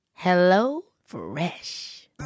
HelloFresh